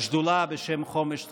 שדולה בשם חומש תחילה.